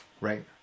right